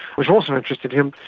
which also interested him,